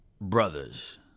brothers